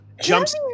jumps